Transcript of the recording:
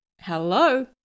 Hello